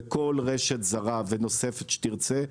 לכל רשת זרה ונוספת שתרצה,